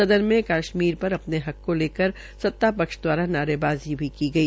सदन मे कश्मीर पर अपने हक को लेकर सतापक्ष दवारा नारेबाज़ी भी की गई